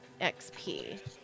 XP